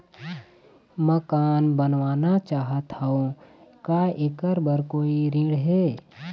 मकान बनवाना चाहत हाव, का ऐकर बर कोई ऋण हे?